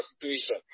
situation